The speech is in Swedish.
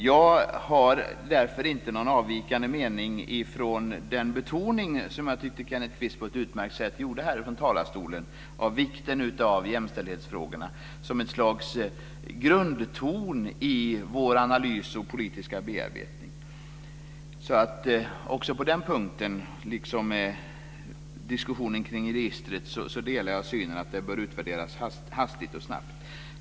Jag har inte någon avvikande mening från den betoning som jag tyckte Kenneth Kvist på ett utmärkt sätt gjorde härifrån talarstolen av vikten av jämställdhetsfrågorna som ett slags grundton i vår analys och politiska bearbetning. Också på den punkten, liksom när det gäller diskussionen kring registret, delar jag synen att det bör utvärderas snabbt.